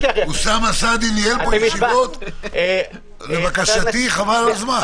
אוסאמה סעדי ניהל פה ישיבות לבקשתי, חבל על הזמן.